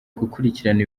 gukurikirana